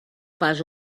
pas